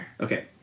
Okay